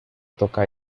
toca